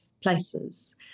places